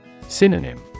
Synonym